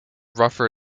ruffin